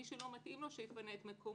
מי שלא מתאים לו, שיפנה את מקומו.